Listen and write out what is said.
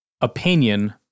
opinion